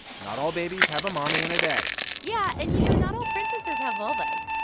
not all babies have a mommy and a daddy yeah. and, you know, not all princesses have vulvas